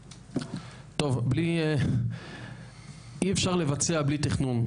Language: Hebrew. טוב, אי אפשר לבצע בלי תכנון.